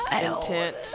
intent